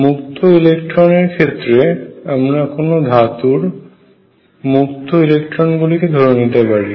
মুক্ত ইলেকট্রন এর ক্ষেত্রে আমরা কোন ধাতুর মুক্ত ইলেকট্রন গুলিকে ধরে নিতে পারি